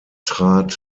trat